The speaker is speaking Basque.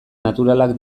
naturalak